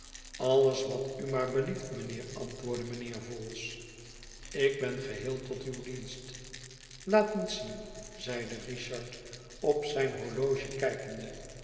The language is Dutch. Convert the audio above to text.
alles wat u maar belieft mijnheer antwoordde mijnheer vholes ik ben geheel tot uw dienst laat eens zien zeide richard op zijn horloge kijkende